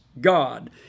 God